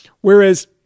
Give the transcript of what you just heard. whereas